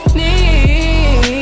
need